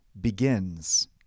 begins